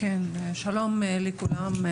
שלום לכולם,